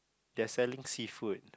they're selling seafood